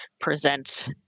present